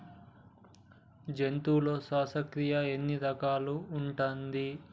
జంతువులలో శ్వాసక్రియ ఎన్ని రకాలు ఉంటది?